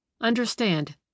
Understand